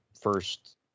first